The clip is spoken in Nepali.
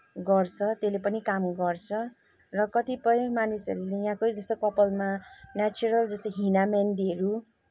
गर्छ त्यसले पनि काम गर्छ र कतिपय मानिसहरूले यहाँकै जस्तो कपालमा नेचरल जस्तो हिना मेहन्दीहरू